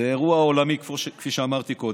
זה אירוע עולמי, כפי שאמרתי קודם,